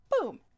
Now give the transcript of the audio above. boom